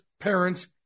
parents